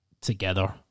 together